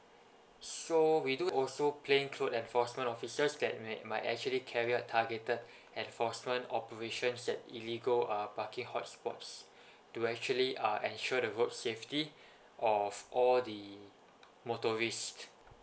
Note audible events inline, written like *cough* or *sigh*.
so we do also plain cloth enforcement officers that make might actually carried out targeted *breath* enforcement operation set illegal uh parking hot spots *breath* to actually uh ensure the road safety *breath* of all the motorist